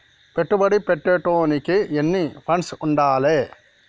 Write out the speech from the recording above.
పెట్టుబడి పెట్టేటోనికి ఎన్ని ఫండ్స్ ఉండాలే?